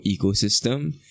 ecosystem